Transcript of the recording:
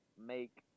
make